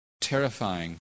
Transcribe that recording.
terrifying